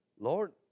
Lord